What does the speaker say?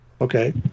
Okay